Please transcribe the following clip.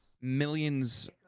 millions